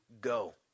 go